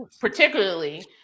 particularly